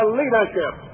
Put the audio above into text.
leadership